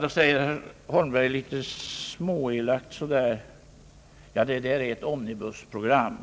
så säger herr Holmberg litet småelakt: Det där är ett omnibusprogram!